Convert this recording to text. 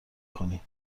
کنی